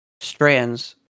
strands